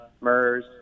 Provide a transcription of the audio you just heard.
MERS